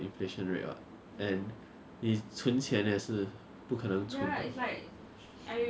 I mean at end the day if I start with a thousand dollars and I keep winning at the same rate I'll earn more than whatever commission